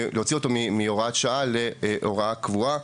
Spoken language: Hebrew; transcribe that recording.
להוציא אותו מהוראת שעה להוראה קבועה.